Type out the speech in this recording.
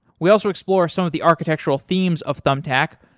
we also explore some of the architectural themes of thumbtack,